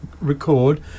record